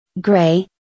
Gray